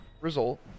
result